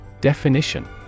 Definition